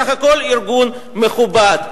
בסך הכול ארגון מכובד.